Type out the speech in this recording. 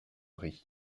riz